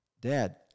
Dad